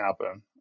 happen